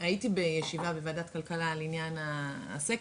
הייתי בישיבה בוועדת כלכלה על עניין הסקר,